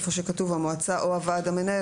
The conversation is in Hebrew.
איפה שכתוב המועצה או הוועד המנהל,